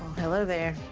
hello there.